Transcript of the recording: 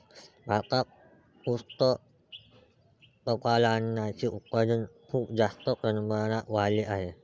भारतात कुक्कुटपालनाचे उत्पादन खूप जास्त प्रमाणात वाढले आहे